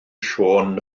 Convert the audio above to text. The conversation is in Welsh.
siôn